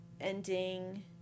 ending